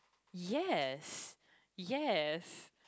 yes yes